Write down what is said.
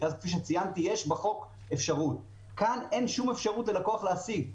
שאז כן יש בחוק אפשרות להשיג אין לו שום אפשרות לעשות את זה.